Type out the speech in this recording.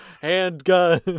Handgun